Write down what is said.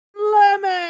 Lemon